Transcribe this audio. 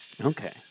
Okay